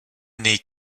nez